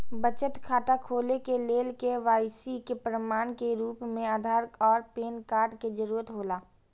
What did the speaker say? बचत खाता खोले के लेल के.वाइ.सी के प्रमाण के रूप में आधार और पैन कार्ड के जरूरत हौला